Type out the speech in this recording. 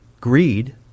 greed